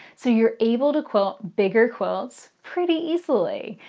so you're able to quilt bigger quilts pretty easily.